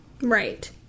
Right